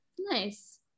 Nice